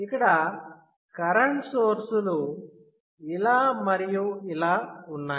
ఇక్కడ కరెంట్ సోర్సులు ఇలా మరియు ఇలా ఉన్నాయి